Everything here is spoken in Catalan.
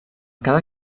cada